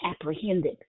apprehended